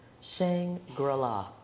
Shangri-La